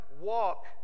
walk